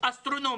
אסטרונומי.